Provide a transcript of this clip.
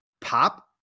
pop